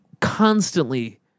constantly